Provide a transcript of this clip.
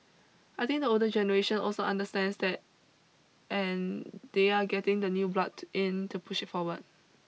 I think the older generation also understands that and they are getting the new blood in to push it forward